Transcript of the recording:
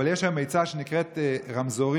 אבל יש היום המצאה שנקראת מצלמות,